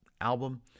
album